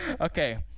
Okay